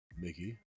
Mickey